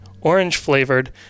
orange-flavored